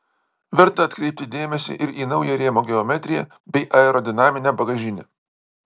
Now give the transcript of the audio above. verta atkreipti dėmesį ir į naują rėmo geometriją bei aerodinaminę bagažinę